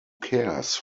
cares